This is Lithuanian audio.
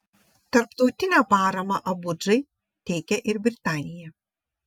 tarptautinę paramą abudžai teikia ir britanija